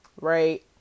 Right